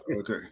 Okay